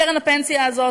קרן הפנסיה הזאת,